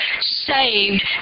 saved